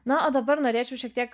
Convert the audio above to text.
na o dabar norėčiau šiek tiek